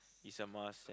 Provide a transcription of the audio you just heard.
is a must